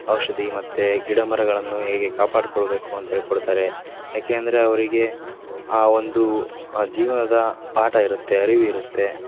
ಔಷಧಿ ಮತ್ತು ಗಿಡಮರಗಳನ್ನು ಹೇಗೆ ಕಾಪಾಡಿಕೊಳ್ಬೇಕು ಅಂತ ಹೇಳಿಕೊಡ್ತಾರೆ ಯಾಕೆ ಅಂದರೆ ಅವರಿಗೆ ಆ ಒಂದು ಜೀವನದ ಪಾಠ ಇರುತ್ತೆ ಅರಿವಿರುತ್ತೆ